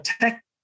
tech